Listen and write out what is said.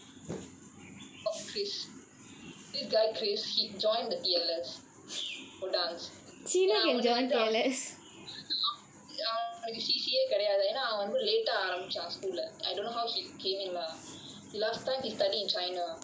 called christ this guy christ he join the T_L_S for dance ஏனா அவனு வந்து:yaenaa avanu vanthu ya அவன் வந்து:avan vanthu C_C_A கிடையாது ஏனா அவன் வந்து:kidaiyaathu yaenaa avan vanthu late ஆரம்பிச்சான்:aarambichaan school leh I don't know how he came in lah he last time he study in china